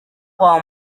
kwa